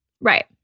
Right